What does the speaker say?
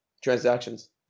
transactions